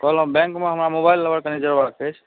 कहलहुँ बैंकमे हमरा मोबाइल नम्बर कनी जोड़बाक अछि